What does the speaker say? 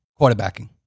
quarterbacking